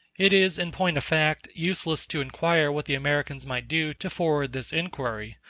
it is, in point of fact, useless to inquire what the americans might do to forward this inquiry,